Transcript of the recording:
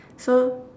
so